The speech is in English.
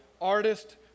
artist